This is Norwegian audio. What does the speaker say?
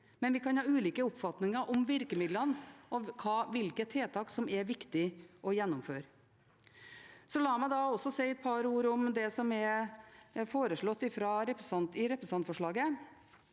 men vi kan ha ulike oppfatninger om virkemidlene og hvilke tiltak som er viktig å gjennomføre. La meg også si et par ord om det som er foreslått i representantforslaget.